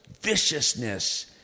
viciousness